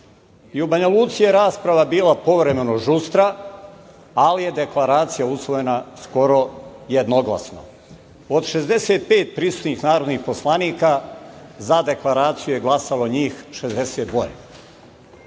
u Banjaluci je rasprava bila povremeno žustra, ali je Deklaracija usvojena skoro jednoglasno. Od 65 prisutnih narodnih poslanika za deklaraciju je glasalo njih 62.Znate,